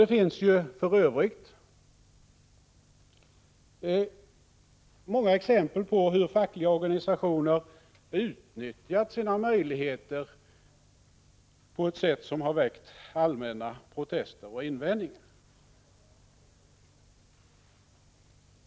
Det finns för övrigt många exempel på hur fackliga organisationer utnyttjat sina möjligheter på ett sätt som har väckt allmänna protester och invändningar.